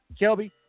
Kelby